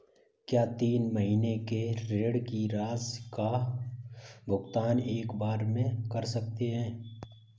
क्या तीन महीने के ऋण की राशि का भुगतान एक बार में कर सकते हैं?